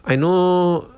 I know